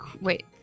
Wait